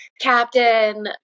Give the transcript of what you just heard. captain